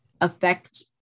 affect